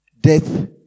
death